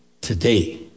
today